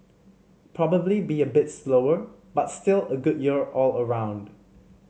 probably be a bit slower but still a good year all around